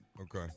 Okay